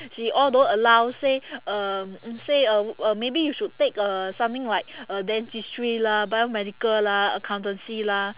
she all don't allow say um say uh uh maybe you should take uh something like uh dentistry lah biomedical lah accountancy lah